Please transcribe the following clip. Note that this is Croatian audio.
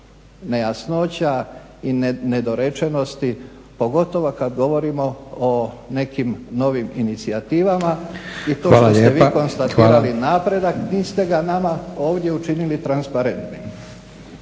nejasnoća i nedorečenosti pogotovo kad govorimo o nekim novim inicijativama i to što ste vi konstatirali napredak niste ga nama ovdje učinili transparentnim.